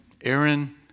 Aaron